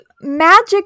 magic